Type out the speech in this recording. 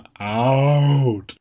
out